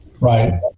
Right